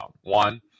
One